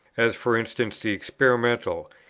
as for instance the experimental,